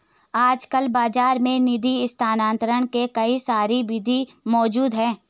आजकल बाज़ार में निधि स्थानांतरण के कई सारी विधियां मौज़ूद हैं